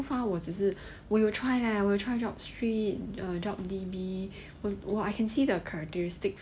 so far 我只是我有 try leh 我有 try job street err job D_B I can see the characteristics